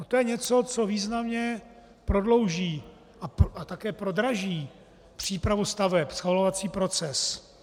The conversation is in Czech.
To je něco, co významně prodlouží a také prodraží přípravu staveb, schvalovací proces.